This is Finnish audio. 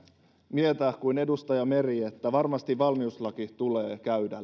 mieltä kuin edustaja meri että varmasti valmiuslaki tulee käydä